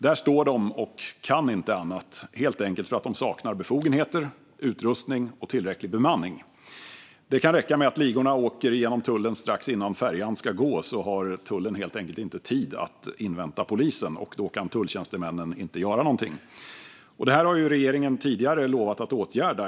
Där står de och kan inte annat, helt enkelt för att de saknar befogenheter, utrustning och tillräcklig bemanning. Det kan räcka att ligorna åker genom tullen strax innan färjan ska gå. Då har tullen helt enkelt inte tid att invänta polisen, och då kan tulltjänstemännen inte göra någonting. Detta har regeringen tidigare lovat att åtgärda.